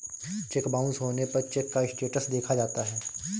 check bounce होने पर cheque का स्टेटस देखा जाता है